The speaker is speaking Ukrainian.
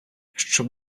щоб